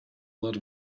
lot